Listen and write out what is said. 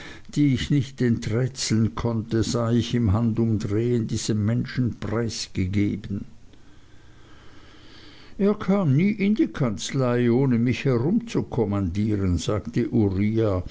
die ich nicht enträtseln konnte sah ich im handumdrehen diesem menschen preisgegeben er kam nie in die kanzlei ohne mich herumzukommandieren sagte uriah